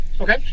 Okay